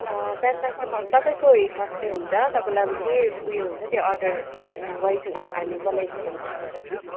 बन्दबस्त त म अब तपाईँको हिसाबले हुन्छ तपाईँलाई अब जे ऊ यो हुन्छ त्यो अर्डर भएपछि हामी बनाइदिन्छौँ त्यसको लागि